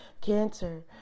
Cancer